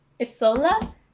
Isola